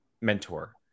mentor